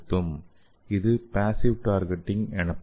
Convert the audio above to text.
இது passive targeting எனப்படும்